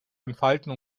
entfalten